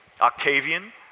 Octavian